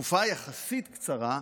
בתקופה יחסית קצרה,